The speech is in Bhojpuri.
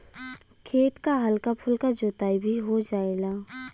खेत क हल्का फुल्का जोताई भी हो जायेला